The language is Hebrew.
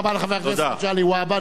תודה רבה לחבר הכנסת מגלי והבה.